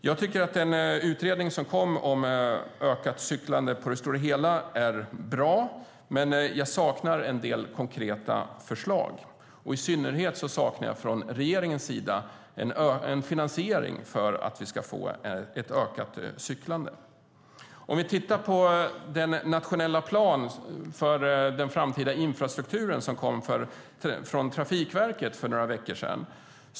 Jag tycker att den utredning som har kommit om ökat cyklande är bra på det stor hela. Men jag saknar en del konkreta förslag. I synnerhet saknar jag från regeringens sida en finansiering för att vi ska få ett ökat cyklande. Vi kan titta på den nationella planen för den framtida infrastrukturen, som kom från Trafikverket för några veckor sedan.